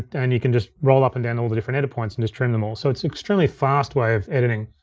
and you can just roll up and down all the different edit points and just trim them all. so it's extremely fast way of editing.